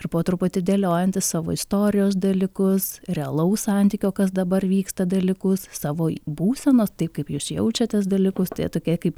ir po truputį dėliojantis savo istorijos dalykus realaus santykio kas dabar vyksta dalykus savo būsenos taip kaip jūs jaučiatės dalykus tie tokie kaip